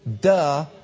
duh